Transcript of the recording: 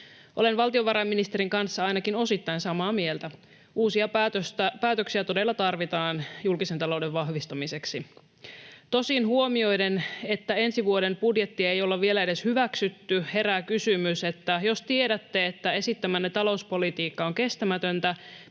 Olen valtiovarainministerin kanssa ainakin osittain samaa mieltä. Uusia päätöksiä todella tarvitaan julkisen talouden vahvistamiseksi. Tosin huomioiden, että ensi vuoden budjettia ei olla vielä edes hyväksytty, herää kysymys, että jos tiedätte, että esittämänne talouspolitiikka on kestämätöntä,